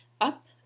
up